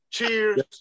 Cheers